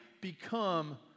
become